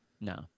no